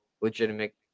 legitimate